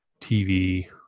TV